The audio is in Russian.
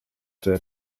твоя